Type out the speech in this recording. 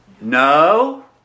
No